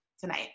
tonight